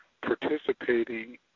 participating